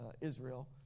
Israel